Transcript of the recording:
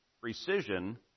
precision